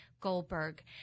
Goldberg